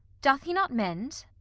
doth he not mend?